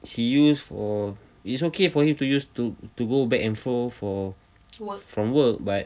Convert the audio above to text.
she used for it's okay for you to use to to go back and forth for from work